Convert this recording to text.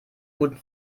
guten